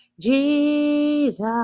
Jesus